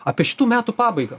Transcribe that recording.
apie šitų metų pabaigą